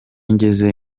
ngeze